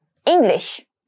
english